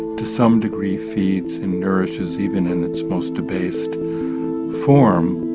to some degree, feeds and nourishes even in its most debased form